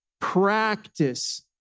Practice